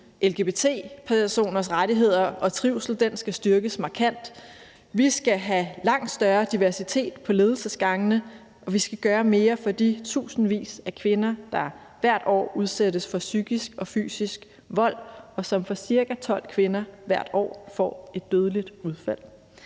Lgbt-personers rettigheder og trivsel skal styrkes markant. Vi skal have langt større diversitet på ledelsesgangene, og vi skal gøre mere for de tusindvis af kvinder, der hvert år udsættes for psykisk og fysisk vold, hvilket for ca. 12 kvinders vedkommende hvert år får et dødeligt udfald.